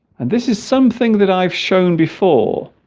and this is something that i've shown before